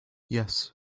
yes